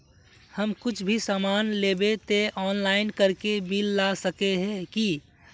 हम कुछ भी सामान लेबे ते ऑनलाइन करके बिल ला सके है की?